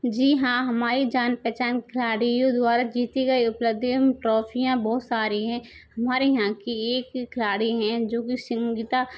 जी हाँ हमारी जान पहचान खिलाड़ियों द्वारा जीती गई उपलब्धि एवं ट्राफियाँ बहुत सारी हैं हमारे यहाँ की एक खिलाड़ी हैं जो कि संगीता